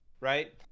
right